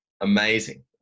amazing